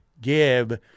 give